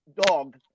dog